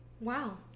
Wow